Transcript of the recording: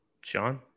Sean